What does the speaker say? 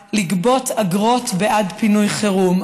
דוד אדום לגבות אגרות בעד פינוי חירום.